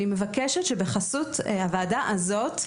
אני מבקשת שבחסות הוועדה הזאת,